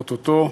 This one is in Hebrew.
או-טו-טו,